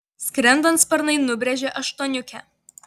skrendant sparnai nubrėžią aštuoniukę